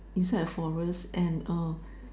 inside a forest and uh